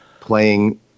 playing